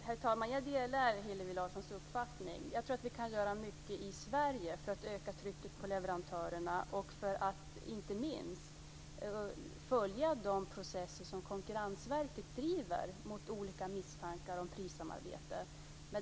Herr talman! Jag delar Hillevi Larssons uppfattning. Jag tror att vi göra mycket i Sverige för att öka trycket på leverantörerna och inte minst för att följa de processer som Konkurrensverket driver med anledning av olika misstankar om prissamarbete.